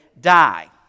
die